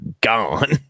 gone